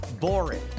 boring